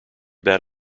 bad